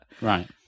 Right